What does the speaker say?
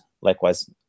likewise